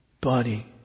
body